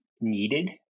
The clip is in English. needed